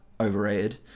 overrated